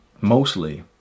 mostly